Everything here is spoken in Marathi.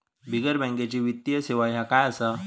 बिगर बँकेची वित्तीय सेवा ह्या काय असा?